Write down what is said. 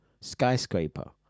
skyscraper